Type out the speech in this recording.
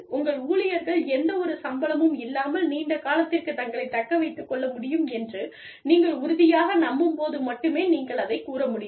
உங்கள் ஊழியர்கள் எந்தவொரு சம்பளமும் இல்லாமல் நீண்ட காலத்திற்கு தங்களைத் தக்க வைத்துக் கொள்ள முடியும் என்று நீங்கள் உறுதியாக நம்பும்போது மட்டுமே நீங்கள் அதைக் கூற முடியும்